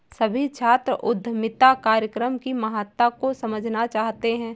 सभी छात्र उद्यमिता कार्यक्रम की महत्ता को समझना चाहते हैं